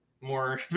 more